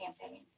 campaign